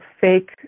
fake